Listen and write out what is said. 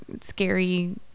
scary